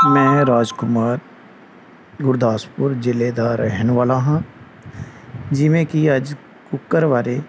ਮੈਂ ਰਾਜਕੁਮਾਰ ਗੁਰਦਾਸਪੁਰ ਜ਼ਿਲ੍ਹੇ ਦਾ ਰਹਿਣ ਵਾਲਾ ਹਾਂ ਜਿਵੇਂ ਕਿ ਅੱਜ ਕੁੱਕਰ ਬਾਰੇ